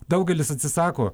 daugelis atsisako